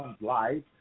life